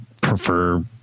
prefer